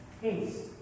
Peace